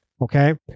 Okay